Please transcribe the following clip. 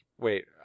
Wait